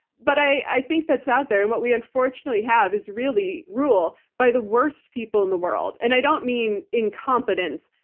but i think that's out there and what we unfortunately have is, really, rule by the worst people in the world. and i don't mean incompetence,